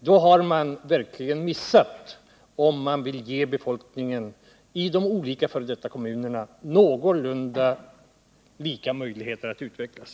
Då har man verkligen missat att ge befolkningen i de olika f. d. kommunerna någorlunda lika möjligheter att utvecklas.